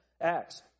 Acts